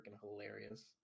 hilarious